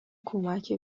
کمکی